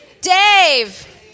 Dave